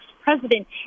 president